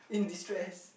destress